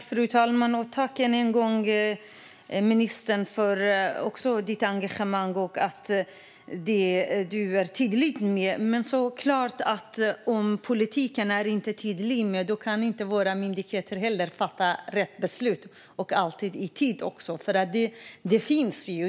Fru talman! Tack än en gång, ministern, för engagemanget och tydligheten! Om politiken inte är tydlig kan myndigheterna såklart heller inte fatta rätt beslut eller alltid fatta dem i rätt tid.